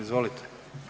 Izvolite.